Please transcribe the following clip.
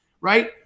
right